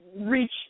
reach